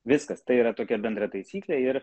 viskas tai yra tokia bendra taisyklė ir